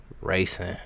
Racing